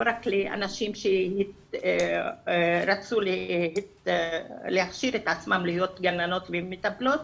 לא רק לאנשים שרצו להכשיר את עצמם להיות גננות ומטפלות,